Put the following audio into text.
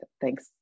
Thanks